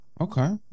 Okay